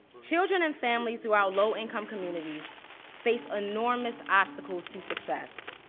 children and families throughout low-income communities face enormous obstacles to success